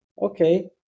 Okay